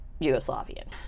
Yugoslavian